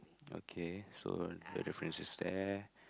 okay so the difference is there